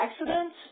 accidents